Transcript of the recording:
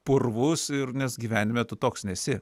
purvus ir nes gyvenime tu toks nesi